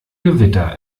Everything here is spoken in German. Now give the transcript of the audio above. gewitter